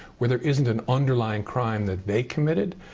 where there isn't an underlying crime that they committed.